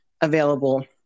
available